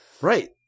Right